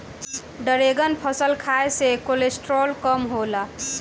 dragon फल खाए से कोलेस्ट्राल कम होला